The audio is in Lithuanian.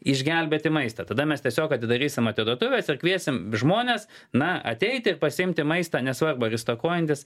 išgelbėti maistą tada mes tiesiog atidarysim atiduotuves ir kviesim žmones na ateiti pasiimti maistą nesvarbu ar stokojantys